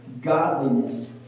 godliness